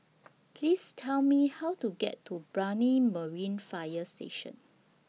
Please Tell Me How to get to Brani Marine Fire Station